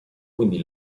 quindi